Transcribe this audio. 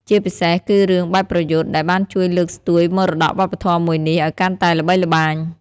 ជាពិសេសគឺរឿងបែបប្រយុទ្ធ ដែលបានជួយលើកស្ទួយមរតកវប្បធម៌មួយនេះឲ្យកាន់តែល្បីល្បាញ។